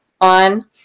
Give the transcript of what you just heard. on